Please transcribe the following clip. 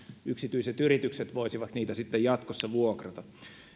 yksityiset yritykset voisivat niitä sitten jatkossa vuokrata